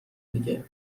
دیگه